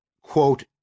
quote